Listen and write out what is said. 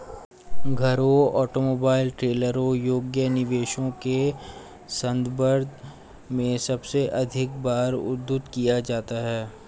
घरों, ऑटोमोबाइल, ट्रेलरों योग्य निवेशों के संदर्भ में सबसे अधिक बार उद्धृत किया जाता है